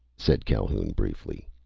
said calhoun briefly.